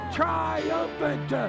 triumphant